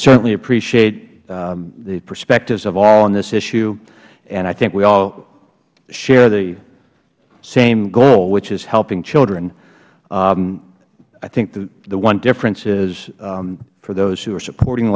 certainly appreciate the perspectives of all on this issue and i think we all share the same goal which is helping children i think the one difference is for those who are supporting